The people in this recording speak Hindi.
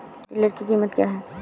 टिलर की कीमत क्या है?